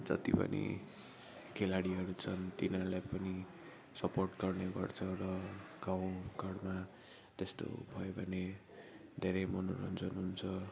जति पनि खेलाडीहरू छन् तिनीहरूलाई पनि सपोर्ट गर्ने गर्छ र गाउँघरमा त्यस्तो भयो भने धेरै मनोरञ्जन हुन्छ